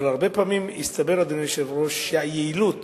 אבל הרבה פעמים הסתבר, אדוני היושב-ראש, שהיעילות